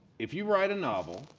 if you write a novel,